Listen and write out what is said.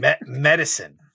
Medicine